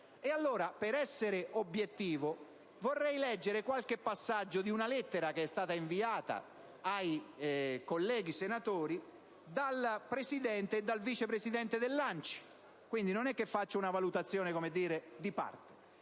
Per essere obiettivo, vorrei leggere qualche passaggio di una lettera che è stata inviata ai colleghi senatori dal presidente e dal vice presidente dell'ANCI (quindi non faccio una valutazione di parte).